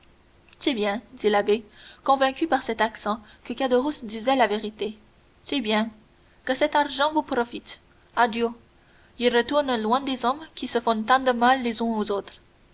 c'est bien dit l'abbé convaincu par cet accent que caderousse disait la vérité c'est bien que cet argent vous profite adieu je retourne loin des hommes qui se font tant de mal les uns aux autres